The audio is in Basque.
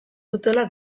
dutela